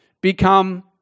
become